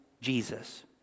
Jesus